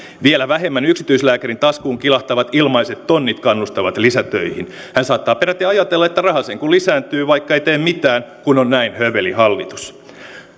vielä vähemmän yksityislääkärin taskuun kilahtavat ilmaiset tonnit kannustavat lisätöihin hän saattaa peräti ajatella että raha sen kuin lisääntyy vaikka ei tee mitään kun on näin höveli hallitus